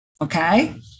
Okay